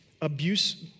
abuse